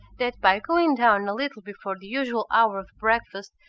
that by going down a little before the usual hour of breakfast,